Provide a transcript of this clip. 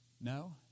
No